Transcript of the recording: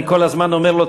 הנה, שם.